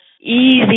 easy